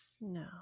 No